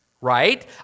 Right